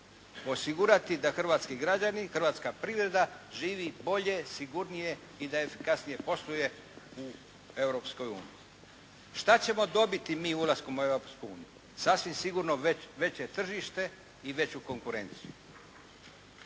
Osigurati da hrvatski građani i hrvatska privreda živi bolje, sigurnije i da efikasnije posluje u Europskoj uniji. Šta ćemo dobiti mi ulaskom u Europsku uniju? Sasvim sigurno veće tržište i veću konkurenciju.